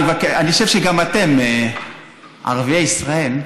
אני חושב שגם אתם, ערביי ישראל,